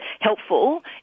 helpful